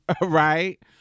Right